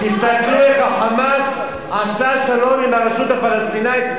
תסתכלו איך ה"חמאס" עשה שלום עם הרשות הפלסטינית,